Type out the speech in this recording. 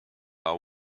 are